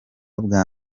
bwa